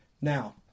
Now